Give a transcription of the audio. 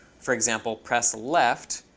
for example, press left,